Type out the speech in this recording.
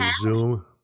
Zoom